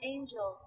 Angel